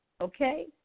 okay